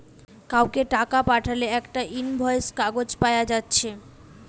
কাউকে টাকা পাঠালে একটা ইনভয়েস কাগজ পায়া যাচ্ছে